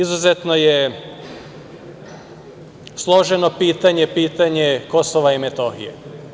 Izuzetno je složeno pitanje pitanje Kosova i Metohije.